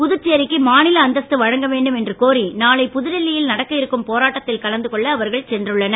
புதுச்சேரிக்கு மாநில அந்தஸ்து வழங்க வேண்டும் என்று கோரி நாளை புதுடில்லியில் நடக்க இருக்கும் போராட்டத்தில் கலந்து கொள்ள அவர்கள் சென்றுள்ளனர்